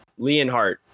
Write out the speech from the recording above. Leonhart